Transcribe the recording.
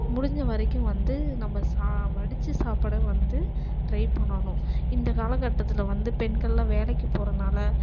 முடிந்த வரைக்கும் வந்து நம்ம சா வடித்த சாப்பாட வந்து ட்ரை பண்ணணும் இந்த காலகட்டத்தில் வந்து பெண்கள்லாம் வேலைக்கு போகிறனால